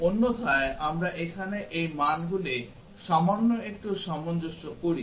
অন্যথায় আমরা এখানে এই মানগুলি সামান্য একটু সামঞ্জস্য করি